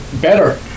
better